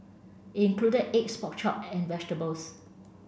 it included eggs pork chop and vegetables